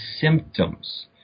symptoms